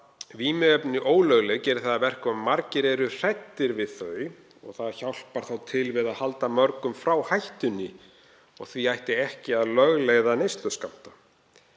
vímuefni ólögleg gerir það að verkum að margir eru hræddir við þau og það hjálpar til við að halda mörgum frá hættunni. Því ætti ekki að lögleiða neysluskammta.